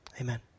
amen